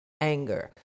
anger